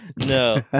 No